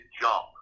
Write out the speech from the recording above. jump